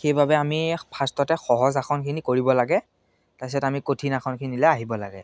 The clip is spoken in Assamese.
সেইবাবে আমি ফাৰ্ষ্টতে সহজ আসনখিনি কৰিব লাগে তাৰপিছত আমি কঠিন আসনখিনিলৈ আহিব লাগে